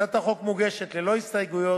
הצעת החוק מוגשת ללא הסתייגות,